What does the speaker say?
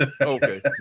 Okay